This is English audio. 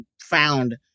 found